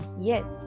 yes